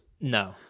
No